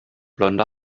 blonde